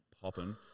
popping